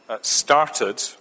started